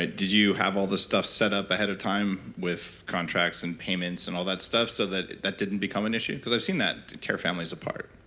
ah did you have all the stuff set up ahead of time with contracts and payments and all that stuff so that that didn't become an issue? cause i've seen that tear families apart